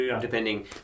depending